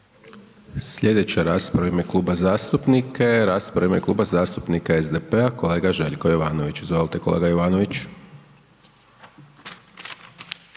je rasprava u ime Kluba zastupnika SDP-a, kolega Željo Jovanović. Izvolite kolega Jovanović.